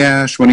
מארצות